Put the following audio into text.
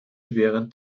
während